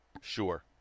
Sure